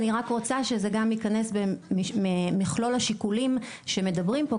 אני רק רוצה שזה גם ייכנס במכלול השיקולים שמדברים פה,